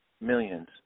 millions